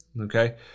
Okay